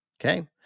okay